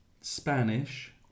Spanish